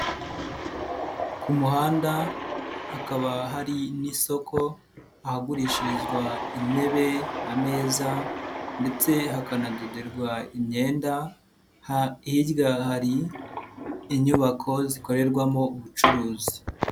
Ku muhanda hakaba hari n'isoko ahagurishirizwa intebe, ameza ndetse hakanadoderwa imyenda, hirya hari inyubako zikorerwamo ubucuruzi.